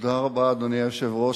אדוני היושב-ראש,